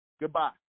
Goodbye